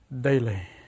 daily